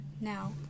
now